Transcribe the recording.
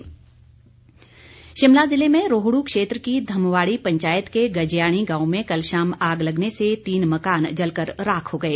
अग्निकांड शिमला जिले में रोहड् क्षेत्र की धमवाड़ी पंचायत के गज्याणी गांव में कल शाम आग लगने से तीन मकान जलकर राख हो गए